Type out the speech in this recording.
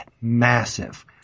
massive